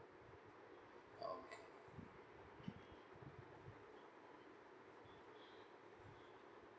okay